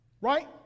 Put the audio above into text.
right